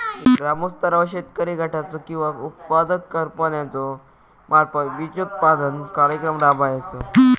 ग्रामस्तरावर शेतकरी गटाचो किंवा उत्पादक कंपन्याचो मार्फत बिजोत्पादन कार्यक्रम राबायचो?